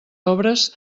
obres